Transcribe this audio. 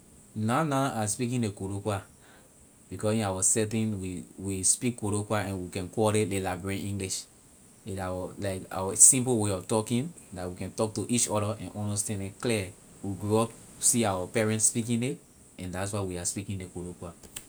Na na I speaking ley koloqua because in our setting we we speak koloqua and we can call it ley liberian english like our simple way of talking la we can talk to each other and understand it clear we grew up we see our parent speaking it and that's why we are speaking ley koloqua.